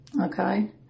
Okay